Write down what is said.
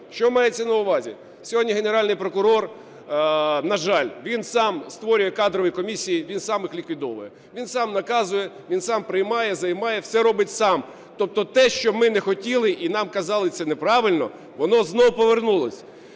що мається на увазі. Сьогодні Генеральний прокурор, на жаль, він сам створює кадрові комісії, він сам їх ліквідовує, він сам наказує, він сам приймає, займає, все робить сам. Тобто те, що ми не хотіли і нам казали, це не правильно, воно знов повернулося.